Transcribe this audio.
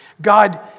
God